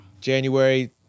January